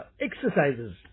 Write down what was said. exercises